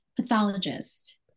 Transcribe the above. pathologist